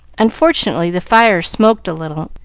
unfortunately, the fire smoked a little,